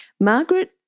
Margaret